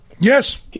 Yes